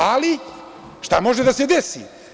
Ali, šta može da se desi?